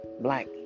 black